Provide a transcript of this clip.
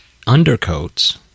undercoats